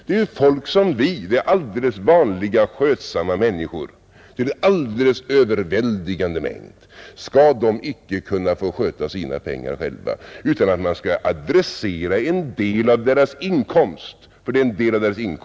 Det är folk som vi, helt vanliga, skötsamma människor till en alldeles överväldigande mängd. Skall de inte kunna få sköta sina pengar själva utan man skall adressera en del av deras inkomst till hyresvärden?